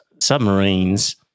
Submarines